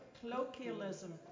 Colloquialism